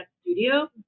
studio